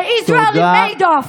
the Israeli Madoff.